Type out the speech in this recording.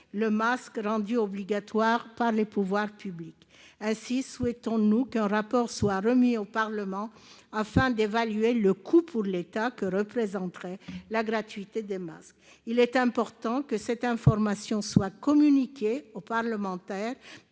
le masque rendu obligatoire par les pouvoirs publics ? Ainsi souhaitons-nous qu'un rapport soit remis au Parlement, afin d'évaluer le coût pour l'État que représenterait la gratuité des masques. Il est important que cette information soit communiquée aux parlementaires